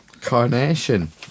Carnation